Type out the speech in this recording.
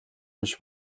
биш